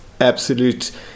absolute